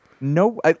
no